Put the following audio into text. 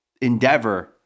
endeavor